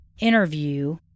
interview